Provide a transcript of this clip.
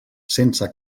sense